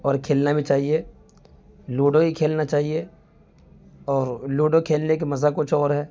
اور کھیلنا بھی چاہیے لوڈو ہی کھیلنا چاہیے اور لوڈو کھیلنا کے مزہ کچھ اور ہے